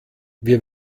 wir